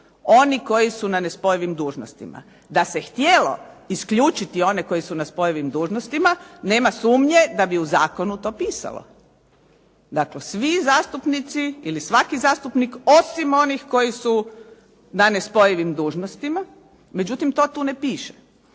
oni koji su na nespojivim dužnostima. Da se htjelo isključiti one koji su na spojivim dužnostima nema sumnje da bi u zakonu to pisalo. Dakle, svi zastupnici ili svaki zastupnik osim onih koji su na nespojivim dužnostima, međutim to tu ne piše.